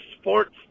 sports